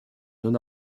non